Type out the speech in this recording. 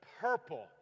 purple